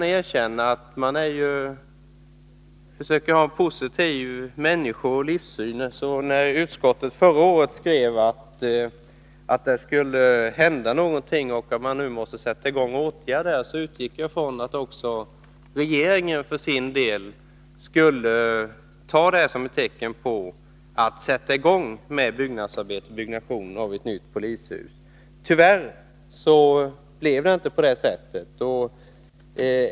Jag försöker trots allt att se det hela positivt, och jag skall erkänna att när utskottet förra året skrev att man nu måste vidta åtgärder, så utgick jag från att regeringen för sin del skulle ta detta som ett tecken på att man nu måste sätta i gång med byggnationen av ett nytt polishus. Tyvärr blev det inte så.